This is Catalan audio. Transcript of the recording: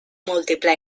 múltiple